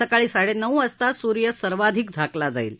सकाळी साडेनऊ वाजता सूर्य सर्वाधिक झाकला जाईल